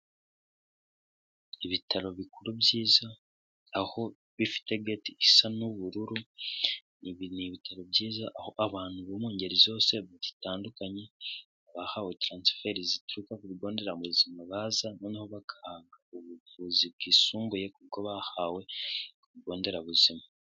Ibitaro bikuru byiza, aho bifite gate isa n'ubururu. Ibi ni ibitaro byiza aho abantu bu mu ngeri zose zitandukanye bahawe transfer zituruka ku bigonderabuzima baza none ho bagahabwa ubuvuzi bwisumbuye k'uko bahawe ibigonderabuzima.